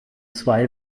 zwei